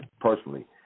personally